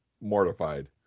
mortified